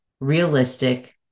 realistic